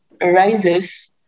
arises